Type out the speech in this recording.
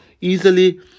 easily